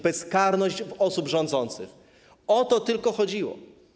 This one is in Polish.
Bezkarność osób rządzących - o to tylko chodziło.